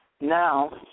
Now